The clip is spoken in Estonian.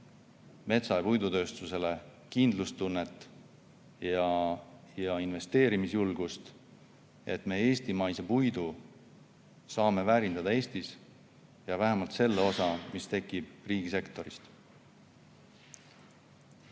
metsa‑ ja puidutööstusele kindlustunnet ja investeerimisjulgust, kui me eestimaise puidu saame väärindatud Eestis, vähemalt selle osa, mis tekib riigisektoris.